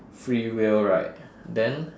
free will right then